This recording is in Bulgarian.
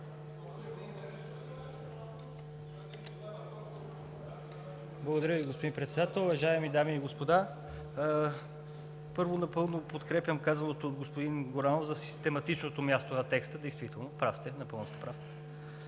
Благодаря Ви, господин Председател. Уважаеми дами и господа, първо, напълно подкрепям казаното от господин Горанов за систематичното място на текста. Действително, прав